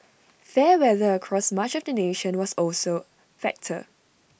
fair weather across much of the nation also was factor